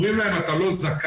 אומרים להם 'אתה לא זכאי,